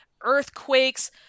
earthquakes